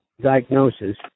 diagnosis